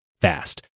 fast